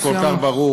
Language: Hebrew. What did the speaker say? הייתי כל כך ברור.